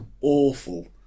awful